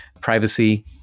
privacy